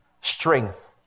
strength